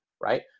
Right